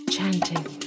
Chanting